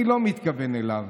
אני לא מתכוון אליו